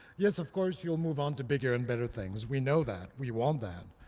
yes, of course, you'll move on to bigger and better things. we know that. we want that.